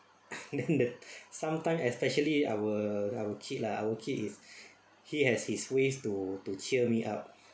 then the sometime especially our our kid lah our kid is he has his ways to to cheer me up